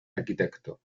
arquitecto